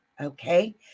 okay